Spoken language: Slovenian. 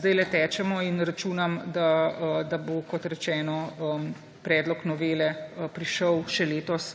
zdajle tečemo in računam, da bo, kot rečeno, predlog novele prišel še letos